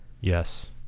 Yes